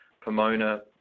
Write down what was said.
Pomona